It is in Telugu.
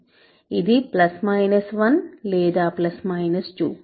ఇది ప్లస్ మైనస్ 1 లేదా ప్లస్ మైనస్ 2